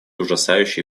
ужасающей